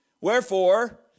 Wherefore